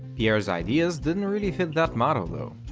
pierre's ideas didn't really fit that model though.